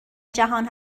جهان